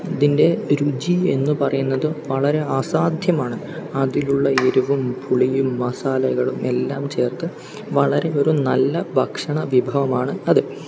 ഇതിൻ്റെ രുചി എന്നു പറയുന്നത് വളരെ അസാധ്യമാണ് അതിലുള്ള എരിവും പുളിയും മസാലകളും എല്ലാം ചേർത്ത് വളരെ വെറും നല്ല ഭക്ഷണ വിഭവമാണ് അത്